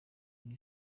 uri